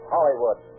Hollywood